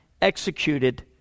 executed